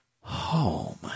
home